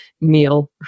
meal